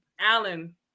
Alan